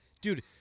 dude